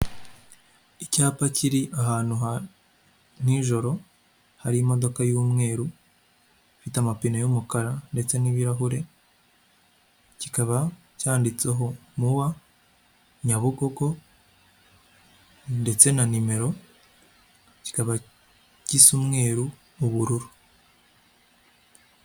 Icyapa kiri ahantu ha nijoro hari imodoka y'umweru ifite amapine y'umukara ndetse n'ibirahure, kikaba cyanditseho mowa Nyabugogo ndetse na nimero, kikaba gisa umweru n'ubururu.